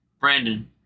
Brandon